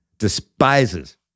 despises